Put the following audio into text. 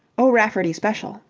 o'rafferty special.